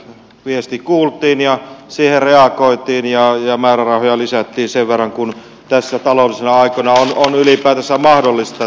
viesti kuultiin ja siihen reagoitiin ja määrärahoja lisättiin sen verran kuin näinä taloudellisina aikoina on ylipäätänsä mahdollista